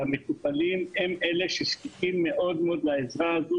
והמטופלים הם אלה שזקוקים מאוד לעזרה הזו